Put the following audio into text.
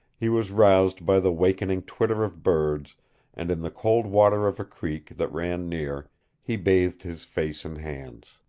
he was roused by the wakening twitter of birds and in the cold water of a creek that ran near he bathed his face and hands.